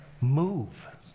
Move